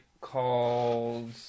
called